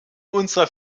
unserer